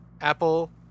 Apple